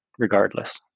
regardless